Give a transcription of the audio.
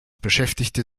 beschäftigte